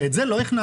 את זה לא הכנסתם.